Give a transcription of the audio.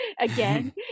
again